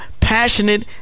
passionate